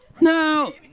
No